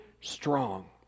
strong